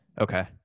Okay